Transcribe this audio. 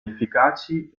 efficaci